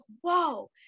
whoa